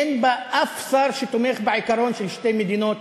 אין בה אף שר שתומך בעיקרון של שתי מדינות,